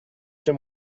chez